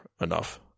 enough